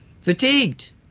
fatigued